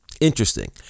interesting